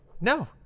No